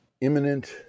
imminent